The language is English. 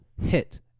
hit